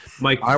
mike